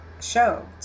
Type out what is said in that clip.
show